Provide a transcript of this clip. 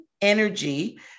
energy